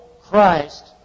Christ